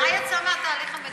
מה יצא מהתהליך המדיני?